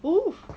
oo